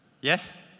Yes